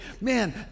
Man